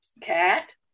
Cat